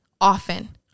often